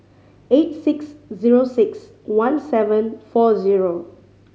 eight six zero six one seven four zero